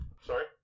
sorry